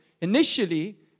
initially